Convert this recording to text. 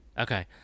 okay